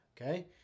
Okay